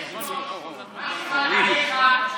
אדוני היושב-ראש,